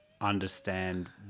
understand